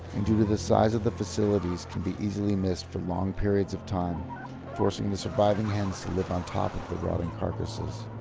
and due to the size of the facilities can be easily missed for long periods of time forcing the surviving hens to live on top of the rotting carcasses.